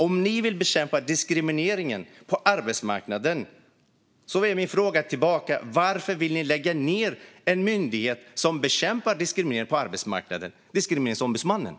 Om ni vill bekämpa diskrimineringen på arbetsmarknaden är min fråga: Varför vill ni lägga ned den myndighet, Diskrimineringsombudsmannen, som bekämpar diskriminering på arbetsmarknaden?